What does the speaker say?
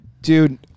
Dude